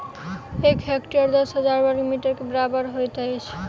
एक हेक्टेयर दस हजार बर्ग मीटर के बराबर होइत अछि